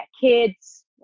kids